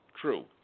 true